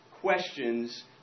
questions